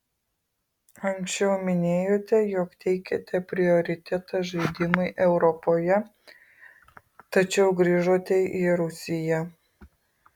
anksčiau minėjote jog teikiate prioritetą žaidimui europoje tačiau grįžote į rusiją